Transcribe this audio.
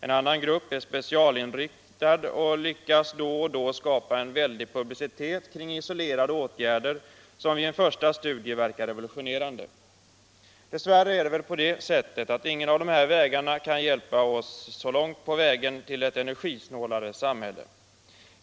En annan grupp människor är specialinriktade och lyckas då och då skapa en väldig publicitet kring isolerade åtgärder som vid ett första studium verkar revolutionerande. Dess värre är det väl på det sättet att ingen av dessa möjligheter kan hjälpa oss så långt på vägen till ett energisnålare samhälle.